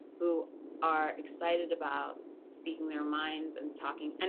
who are excited about speaking their minds, and talking. and